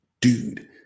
dude